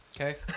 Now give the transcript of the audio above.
Okay